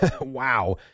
Wow